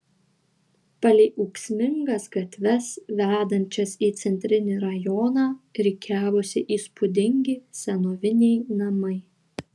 palei ūksmingas gatves vedančias į centrinį rajoną rikiavosi įspūdingi senoviniai namai